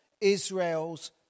Israel's